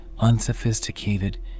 Unsophisticated